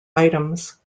items